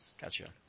Gotcha